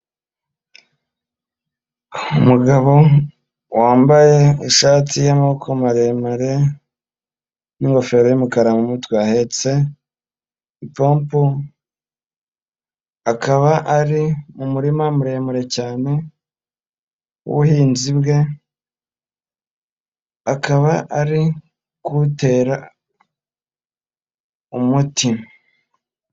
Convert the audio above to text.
Umugabo wambaye ishati y'amaboko maremare n'ingofero y'umukara mu mutwe, ahetse ipombo, akaba ari mu murima muremure cyane w'ubuhinzi bwe, akaba ari gutera umuti.